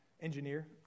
engineer